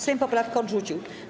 Sejm poprawkę odrzucił.